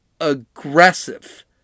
aggressive